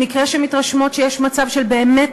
במקרה שהן מתרשמות שיש מצב של באמת